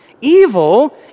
Evil